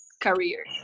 career